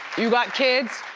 you got kids?